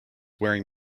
wearing